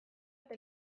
eta